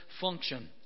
function